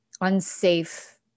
unsafe